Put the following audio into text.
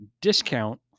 discount